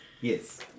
Yes